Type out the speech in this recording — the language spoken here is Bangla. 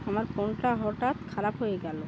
আমার ফোনটা হঠাৎ খারাপ হয়ে গেল